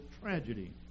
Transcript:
tragedy